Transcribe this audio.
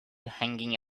hanging